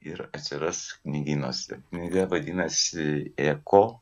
ir atsiras knygynuose knyga vadinasi eko